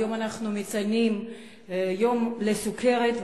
היום אנחנו מציינים את יום הסוכרת,